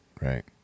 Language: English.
right